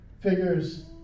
figures